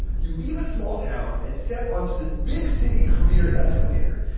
you leave a small town and step onto this big city career escalator,